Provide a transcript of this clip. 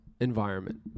environment